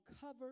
cover